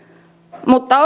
mutta